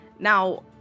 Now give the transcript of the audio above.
Now